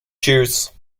juice